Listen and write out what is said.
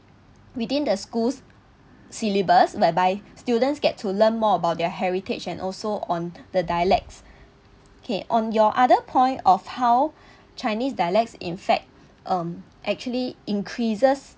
within the schools syllabus whereby students get to learn more about their heritage and also on the dialects K on your other point of how chinese dialects in fact um actually increases